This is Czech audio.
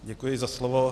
Děkuji za slovo.